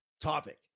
topic